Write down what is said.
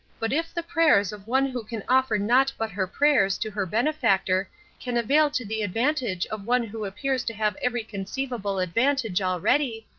but if the prayers of one who can offer naught but her prayers to her benefactor can avail to the advantage of one who appears to have every conceivable advantage already,